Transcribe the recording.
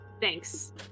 Thanks